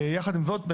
יחד עם זאת,